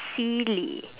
silly